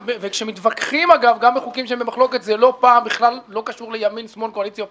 כשמתווכחים גם בחוקים במחלוקת זה בכלל לא קשור לקואליציה-אופוזיציה.